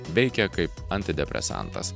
veikia kaip antidepresantas